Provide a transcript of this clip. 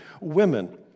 women